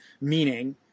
meaning